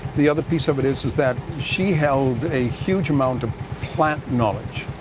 the other piece of it is is that she held a huge amount of plant knowledge.